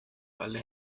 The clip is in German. alle